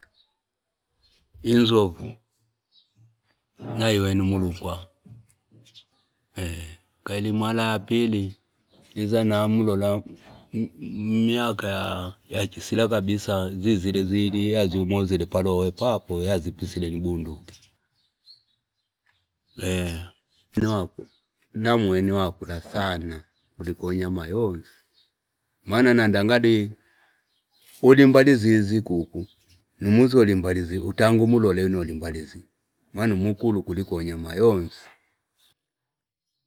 Inzonvu naiweni mulukwa ee kaili imara ya pili niza nailola miaka ya chisila kabisa zizile zili yazyumo zile palowe papo yazipisile ni bunduki ee. Namuweni wakula sana kulikoni anyama yonsi maana nanda ngali uli mbali zizi kuku nu muzo ali mbali zii utange unulole wino ali mbali zii maana umukulu kuliko anyama yonsi.